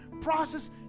process